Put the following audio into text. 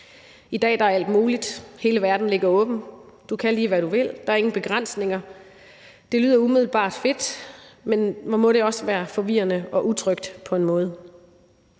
I dag er alt muligt; hele verden ligger åben; du kan, lige hvad du vil; der er ingen begrænsninger. Det lyder umiddelbart fedt, men hvor må det også være forvirrende og utrygt på en måde.